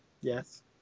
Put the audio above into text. Yes